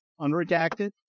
unredacted